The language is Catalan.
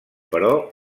però